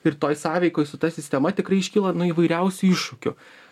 ir toj sąveikoj su ta sistema tikrai iškyla nu įvairiausių iššūkių